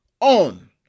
on